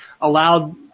allowed